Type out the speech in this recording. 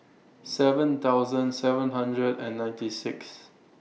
seven thousand seven hundred and ninety Sixth